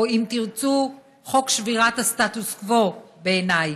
או אם תרצו: חוק שבירת הסטטוס-קוו, בעיניי.